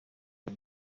iyi